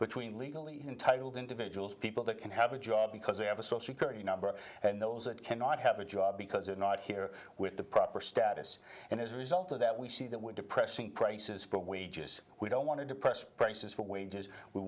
between legally entitled individuals people that can have a job because they have a socially curry number and those that cannot have a job because they're not here with the proper status and as a result of that we see that we're depressing prices for wages we don't want to depress prices for wages we